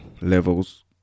levels